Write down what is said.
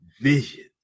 vision